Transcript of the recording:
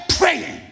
praying